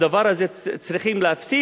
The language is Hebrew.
את הדבר הזה צריך להפסיק,